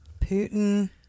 Putin